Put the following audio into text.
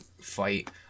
fight